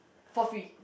for free